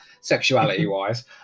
sexuality-wise